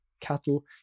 cattle